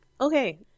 Okay